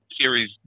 series